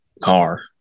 car